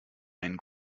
einen